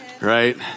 Right